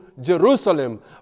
Jerusalem